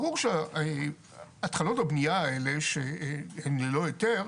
ברור שהתחלות הבנייה האלה, שהן ללא היתר,